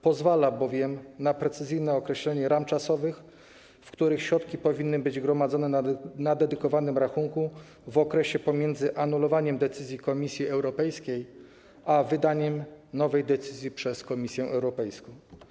Pozwala bowiem na precyzyjne określenie ram czasowych, w których środki powinny być gromadzone na dedykowanym rachunku w okresie pomiędzy anulowaniem decyzji Komisji Europejskiej a wydaniem nowej decyzji przez Komisję Europejską.